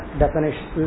definition